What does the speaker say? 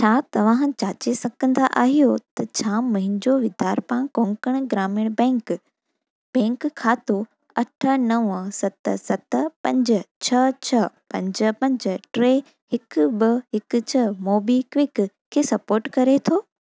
छा तव्हां जाचे सघंदा आहियो त छा मुंहिंजो विधारभा कोंकण ग्रामीण बैंक बैंक खातो अठ नव सत सत पंज छ्ह छ्ह पंज पंज टे हिकु ॿ हिकु छ्ह मोबीक्विक खे सपोर्ट करे थो